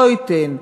לא ייתן,